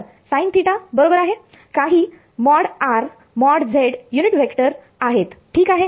तर sin θ बरोबर आहे काही ।r। ।z। युनिट व्हेक्टर आहेत ठीक आहे